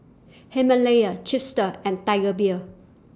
Himalaya Chipster and Tiger Beer